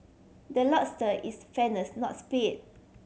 the is fairness not speed